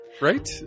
right